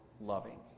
loving